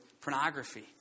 pornography